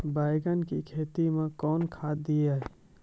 बैंगन की खेती मैं कौन खाद दिए?